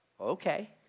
Okay